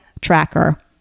tracker